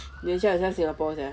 你的家很像 singapore sia